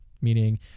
meaning